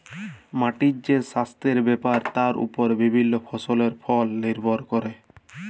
মাটির যে সাস্থের ব্যাপার তার ওপর বিভিল্য ফসলের ফল লির্ভর ক্যরে